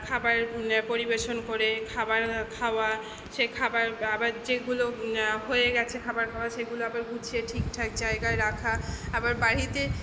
খাবার পরিবেশন করে খাবার খাওয়া সেই খাবার আবার যেগুলো হয়ে গেছে খাবার খাওয়া সেগুলো আবার গুছিয়ে ঠিকঠাক জায়গায় রাখা আবার বাড়িতে